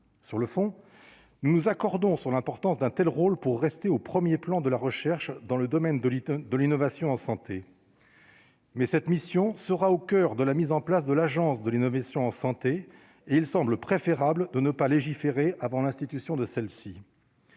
sur le fond, nous accordons sur l'importance d'un telle rôle pour rester au 1er plan de la recherche dans le domaine de l'état de l'innovation en santé mais cette mission sera au coeur de la mise en place de l'Agence de l'innovation en santé et il semble préférable de ne pas légiférer avant l'institution de celle-ci,